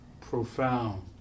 profound